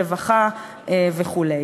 רווחה וכו',